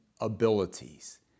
abilities